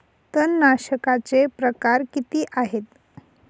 तणनाशकाचे प्रकार किती आहेत?